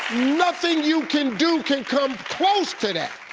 nothing you can do can come close to that.